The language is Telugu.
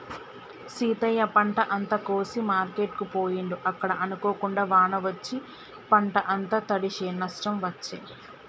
సీతయ్య పంట అంత కోసి మార్కెట్ కు పోయిండు అక్కడ అనుకోకుండా వాన వచ్చి పంట అంత తడిశె నష్టం వచ్చే